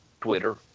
Twitter